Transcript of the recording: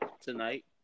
Tonight